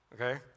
okay